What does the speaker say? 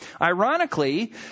ironically